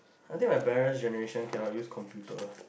I think my parents' generation cannot use computer